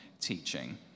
teaching